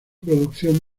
producción